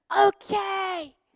Okay